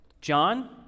John